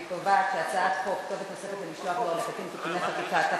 אני קובעת שהצעת חוק כתובת נוספת למשלוח דואר לקטין (תיקוני חקיקה),